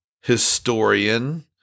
historian